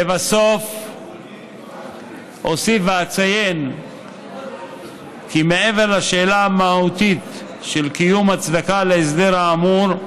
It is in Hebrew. לבסוף אוסיף ואציין כי מעבר לשאלה המהותית של קיום הצדקה להסדר האמור,